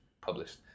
published